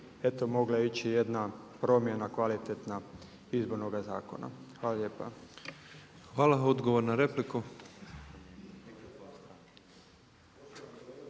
eto mogla ići jedna promjena kvalitetna izbornoga zakona. Hvala lijepa. **Petrov, Božo